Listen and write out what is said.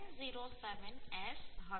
707S હશે